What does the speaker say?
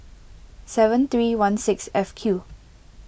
seven three one six F Q